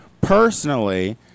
personally